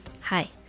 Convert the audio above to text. Hi